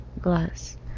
glass